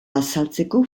azaltzeko